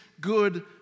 good